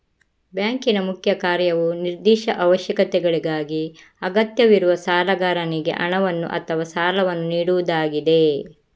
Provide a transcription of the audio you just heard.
ಬ್ಯಾಂಕಿನ ಮುಖ್ಯ ಕಾರ್ಯವು ನಿರ್ದಿಷ್ಟ ಅವಶ್ಯಕತೆಗಳಿಗಾಗಿ ಅಗತ್ಯವಿರುವ ಸಾಲಗಾರನಿಗೆ ಹಣವನ್ನು ಅಥವಾ ಸಾಲವನ್ನು ನೀಡುವುದಾಗಿದೆ